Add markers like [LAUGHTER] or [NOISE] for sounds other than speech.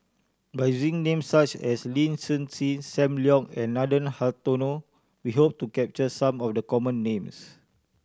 by [UNINTELLIGIBLE] names such as Lin Hsin Hsin Sam Leong and Nathan Hartono we hope to capture some of the common names